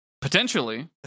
Potentially